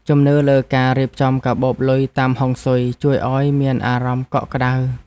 ជំនឿលើការរៀបចំកាបូបលុយតាមហុងស៊ុយ ជួយឱ្យមានអារម្មណ៍កក់ក្ដៅ។